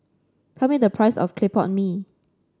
tell me the price of Clay Pot Mee